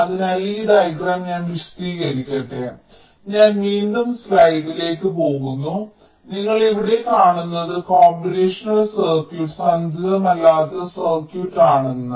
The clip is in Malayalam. അതിനാൽ ഈ ഡയഗ്രം ഞാൻ വിശദീകരിക്കട്ടെ ഞാൻ വീണ്ടും സ്ലൈഡിലേക്ക് പോകും നിങ്ങൾ ഇവിടെ കാണുന്നത് കോമ്പിനേഷണൽ സർക്യൂട്ട് സന്തുലിതമല്ലാത്ത സർക്യൂട്ട് ആണെന്ന്